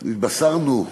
"נתבשרנו"